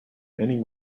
many